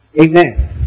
Amen